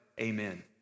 amen